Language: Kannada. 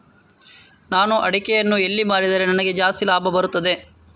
ನಾನು ಅಡಿಕೆಯನ್ನು ಎಲ್ಲಿ ಮಾರಿದರೆ ನನಗೆ ಜಾಸ್ತಿ ಲಾಭ ಬರುತ್ತದೆ?